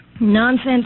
Nonsense